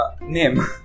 Name